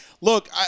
Look